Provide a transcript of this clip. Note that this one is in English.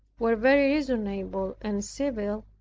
were very reasonable and civil.